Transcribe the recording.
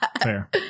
Fair